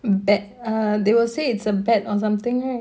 that err they will say it's a bet or something right